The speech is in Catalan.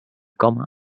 coma